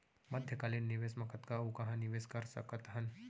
मध्यकालीन निवेश म कतना अऊ कहाँ निवेश कर सकत हन?